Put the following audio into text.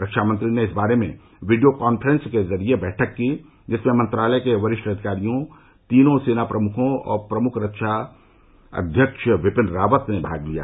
रक्षामंत्री ने इस बारे में वीडियो कॉन्फ्रेंस के जरिए बैठक की जिसमें मंत्रालय के वरिष्ठ अधिकारियों तीनों सेना प्रमुखों और प्रमुख रक्षा अध्यक्ष बिपिन रावत ने भाग लिया